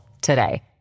today